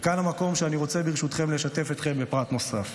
וכאן המקום שאני רוצה ברשותכם לשתף אתכם בפרט נוסף: